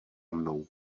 mnou